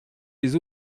les